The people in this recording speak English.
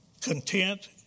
content